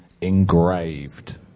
engraved